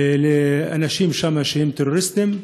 לאנשים שם, שהם טרוריסטים,